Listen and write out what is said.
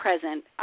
present